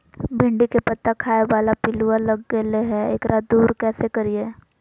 भिंडी के पत्ता खाए बाला पिलुवा लग गेलै हैं, एकरा दूर कैसे करियय?